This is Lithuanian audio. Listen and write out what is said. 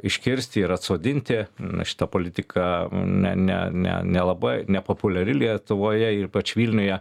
iškirsti ir atsodinti na šita politika ne ne ne nelabai nepopuliari lietuvoje ypač vilniuje